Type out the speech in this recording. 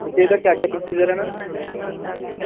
ਅਤੇ ਇਹਦਾ ਕਿਆ ਕਿਆ ਪ੍ਰੋਸੀਜ਼ਰ ਹੈ ਮੈਮ